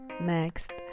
Next